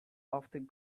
often